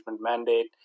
mandate